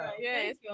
Yes